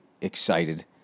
excited